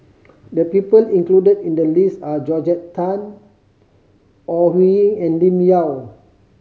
the people included in the list are Georgette Chen Ore Huiying and Lim Yau